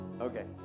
Okay